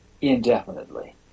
indefinitely